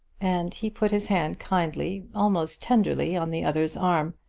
and he put his hand kindly almost tenderly, on the other's arm.